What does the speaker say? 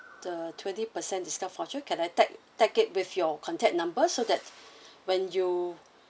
the twenty percent discount voucher can I tag tag it with your contact number so that when you